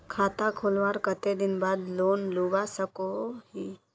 खाता खोलवार कते दिन बाद लोन लुबा सकोहो ही?